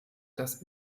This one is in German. das